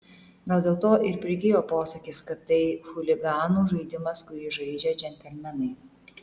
gal dėl to ir prigijo posakis kad tai chuliganų žaidimas kurį žaidžia džentelmenai